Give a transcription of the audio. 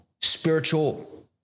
spiritual